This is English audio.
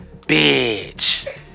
Bitch